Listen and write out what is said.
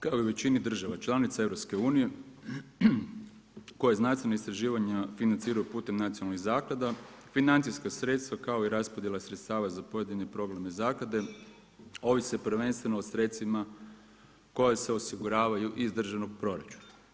Kao i u većini država članica EU, koje znanstvena istraživanja financiraju putem nacionalnih zaklada, financijska sredstva kao i raspodjela sredstava za pojedine probleme zaklade, ovise prvenstveno o sredstvima koje se osiguravaju iz državnog proračuna.